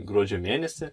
gruodžio mėnesį